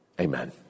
Amen